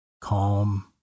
calm